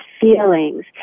feelings